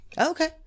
Okay